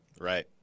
Right